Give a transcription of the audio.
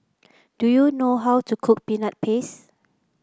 do you know how to cook Peanut Paste